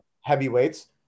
heavyweights